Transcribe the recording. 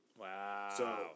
Wow